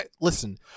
listen